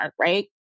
right